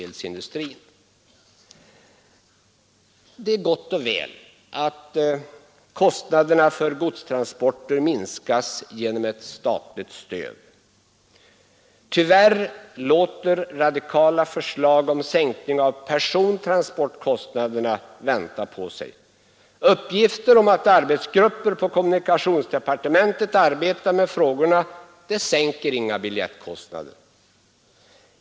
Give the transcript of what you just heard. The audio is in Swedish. Det är gott och väl att kostnaderna för godstransporter minskas genom ett statligt stöd. Tyvärr låter radikala förslag om sänkning av persontransportkostnaderna vänta på sig. Uppgifter om att arbetsgrupper i kommunikationsdepartementet arbetar med frågorna sänker inga biljettkostnader.